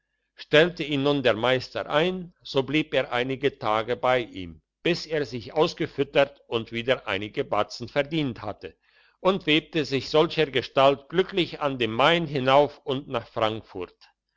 stellte ihn nun der meister ein so blieb er einige tage bei ihm bis er sich ausgefüttert und wieder einige batzen verdient hatte und webte sich solchergestalt glücklich an dem main hinauf und nach frankfurt